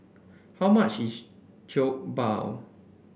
how much is Jokbal